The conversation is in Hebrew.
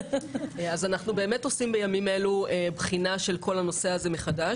אנחנו באמת עושים בימים אלה בחינה של כל הנושא הזה מחדש.